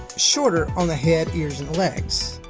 shorter on the head, ears, and legs.